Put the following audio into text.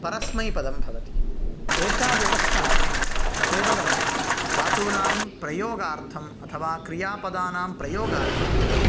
परस्मैपदं भवति एषा व्यवस्था केवलं धातूनां प्रयोगार्थम् अथवा क्रियापदानां प्रयोगार्थं विद्यते